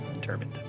determined